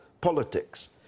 politics